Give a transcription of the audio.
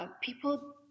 people